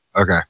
Okay